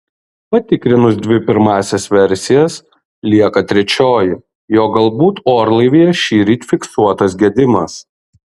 patikrinus dvi pirmąsias versijas lieka trečioji jog galbūt orlaivyje šįryt fiksuotas gedimas